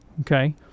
okay